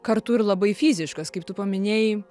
kartu ir labai fiziškas kaip tu paminėjai